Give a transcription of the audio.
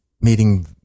meeting